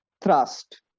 thrust